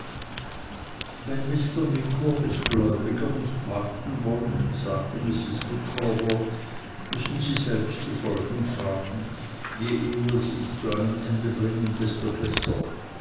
mr micawbers gläubiger nicht warten wollen sagte mr micawber müssen sie selbst die folgen tragen je eher sies zu einem ende bringen desto besser